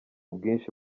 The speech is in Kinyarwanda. bwinshi